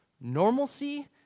normalcy